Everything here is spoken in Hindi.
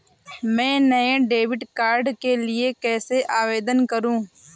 मैं नए डेबिट कार्ड के लिए कैसे आवेदन करूं?